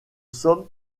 somme